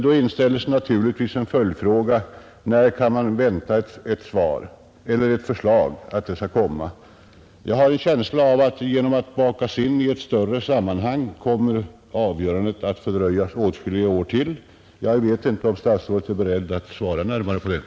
Då inställer sig naturligtvis en följdfråga: När kan man vänta ett förslag? Jag har en känsla av att genom att frågan bakats in i ett större sammanhang kommer avgörandet att fördröjas åtskilliga år. Jag vet inte om statsrådet är beredd att svara närmare på detta.